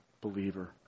believer